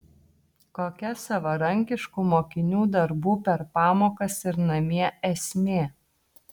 kokia savarankiškų mokinių darbų per pamokas ir namie esmė